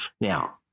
Now